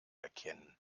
erkennen